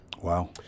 Wow